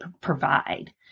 provide